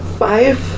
five